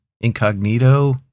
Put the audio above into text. incognito